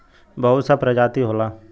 बहुत सा प्रजाति होला